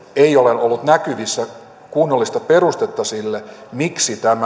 ei ole ollut näkyvissä kunnollista perustetta sille miksi tämä